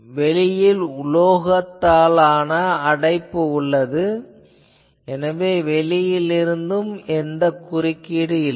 வெளியில் உலோகத்தாலான அடைப்பு உள்ளது எனவே வெளியிலிருந்து எந்த குறுக்கீடும் இல்லை